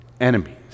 Enemies